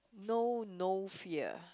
know no fear